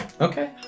Okay